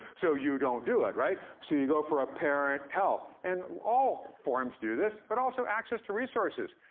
so you don't do it, right? so you go for apparent health. and all forms do this, but also access to resources.